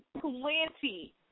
Plenty